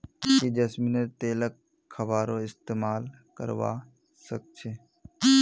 की जैस्मिनेर तेलक खाबारो इस्तमाल करवा सख छ